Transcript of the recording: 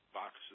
box